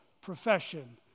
profession